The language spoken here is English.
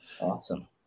Awesome